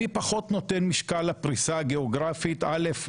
אני פחות נותן משקל להפריסה הגיאוגרפית, א'